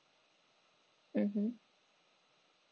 mmhmm